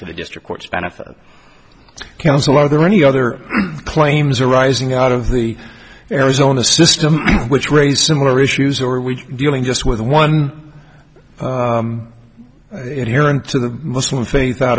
for the district court benefit council are there any other claims arising out of the arizona system which raise similar issues or are we dealing just with one in here and to the muslim faith out